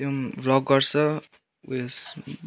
त्यो पनि भ्लग गर्छ उयेस